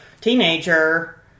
teenager